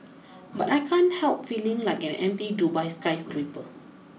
but I can't help feeling like an empty Dubai skyscraper